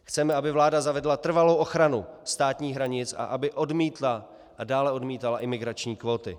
Chceme, aby vláda zavedla trvalou ochranu státních hranic a aby odmítla a dále odmítala imigrační kvóty.